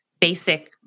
basic